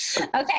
Okay